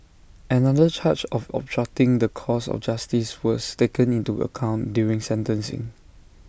another charge of obstructing the course of justice was taken into account during sentencing